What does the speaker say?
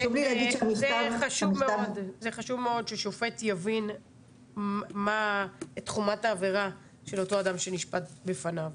זה חשוב מאוד ששופט יבין את חומרת העבירה של אותו אדם שנשפט בפניו,